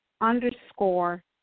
underscore